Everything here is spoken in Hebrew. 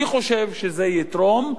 אני חושב שזה יתרום,